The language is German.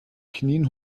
knien